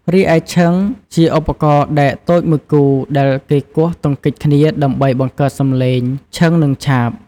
រីឯឈិង ជាឧបករណ៍ដែកតូចមួយគូ ដែលគេគោះទង្គិចគ្នាដើម្បីបង្កើតសំឡេង ឈិង និង ឆាប។